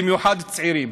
במיוחד צעירים.